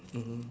mmhmm